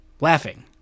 laughing